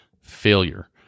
failure